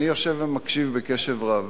אני יושב ומקשיב בקשב רב.